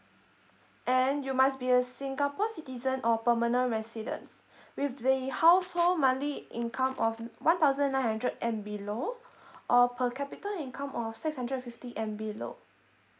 and you must be a singapore citizen or permanent resident with the household monthly income of one thousand nine hundred and below or per capita income of six hundred and fifty and below